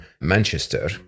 Manchester